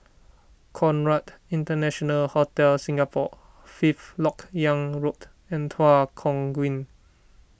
Conrad International Hotel Singapore Fifth Lok Yang Road and Tua Kong Green